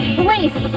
Police